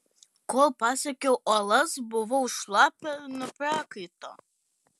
kol pasiekiau uolas buvau šlapia nuo prakaito